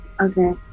Okay